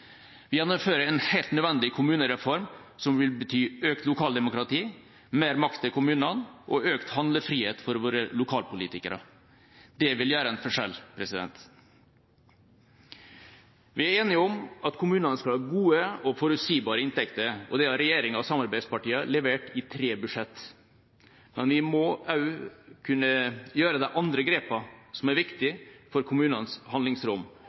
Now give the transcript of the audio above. Vi gjennomfører en helt nødvendig kommunereform som vil bety økt lokaldemokrati, mer makt til kommunene og økt handlefrihet for våre lokalpolitikere. Det vil gjøre en forskjell. Vi er enige om at kommunene skal ha gode og forutsigbare inntekter. Det har regjeringa og samarbeidspartiene levert i tre budsjetter. Men vi må også kunne gjøre de andre grepene som er viktig for kommunenes handlingsrom.